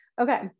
Okay